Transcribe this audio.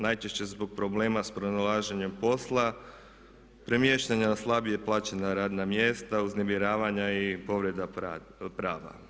Najčešće zbog problema sa pronalaženjem posla, premještanja na slabije plaćena radna mjesta, uznemiravanja i povreda prava.